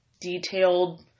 detailed